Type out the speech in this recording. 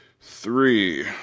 three